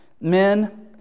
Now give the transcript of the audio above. Men